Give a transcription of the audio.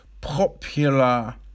popular